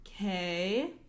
Okay